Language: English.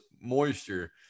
moisture